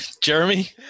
Jeremy